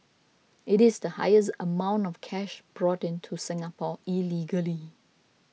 it is the highest amount of cash brought into Singapore illegally